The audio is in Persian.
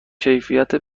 کیفیت